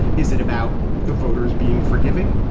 is it about the voters being forgiving.